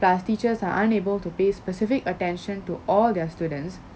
thus teachers are unable to pay specific attention to all their students